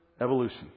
evolution